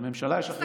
לממשלה יש אחריות.